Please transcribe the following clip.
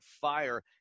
fire